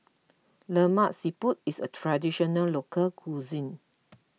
Lemak Siput is a Traditional Local Cuisine